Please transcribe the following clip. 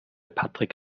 patrick